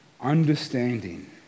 understanding